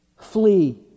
Flee